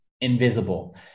invisible